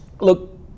Look